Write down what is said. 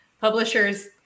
publishers